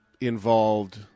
involved